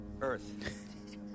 Earth